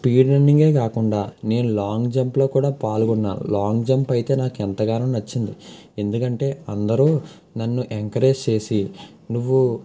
speed రన్నింగే కాకుండా నేను లాంగ్ జంప్లో కూడా పాల్గొన్నా లాంగ్ జంప్ అయితే నాకు ఎంతగానో నచ్చింది ఎందుకంటే అందరు నన్ను ఎంకరేజ్ చేసి నువ్వు